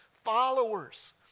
followers